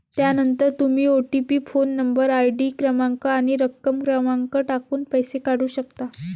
त्यानंतर तुम्ही OTP phone number, ID क्रमांक आणि रक्कम क्रमांक टाकून पैसे काढू शकता